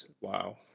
wow